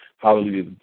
Hallelujah